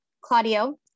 claudio